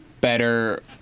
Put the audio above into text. better